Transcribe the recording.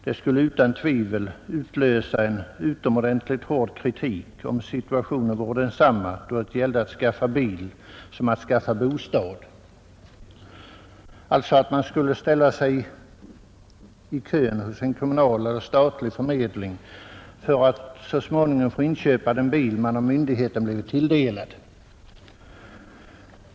Det skulle utan tvivel utlösa en utomordentligt hård kritik om situationen vore densamma då det gällde att skaffa bil som då det gäller att skaffa bostad, alltså att man skulle ställa sig i kön hos en kommunal eller statlig förmedling för att så småningom få inköpa den bil man av myndigheten blivit tilldelad.